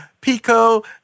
pico